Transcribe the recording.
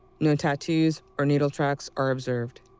no tattoos or needle tracks are observed.